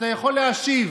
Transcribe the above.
אתה יכול להשיב.